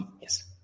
Yes